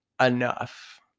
enough